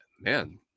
man